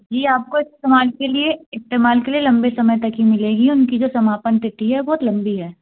जी आपको इस्तेमाल के लिए इस्तेमाल के लिए लंबे समय तक ही मिलेगी उनकी जो समापन तिथि है बहुत लंबी है